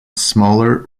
smaller